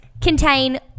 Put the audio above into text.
contain